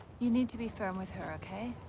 you need to be firm with her, okay?